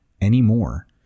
anymore